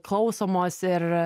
klausomos ir